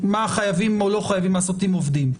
חייבים או לא חייבים לעשות עם עובדים.